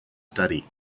study